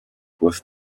with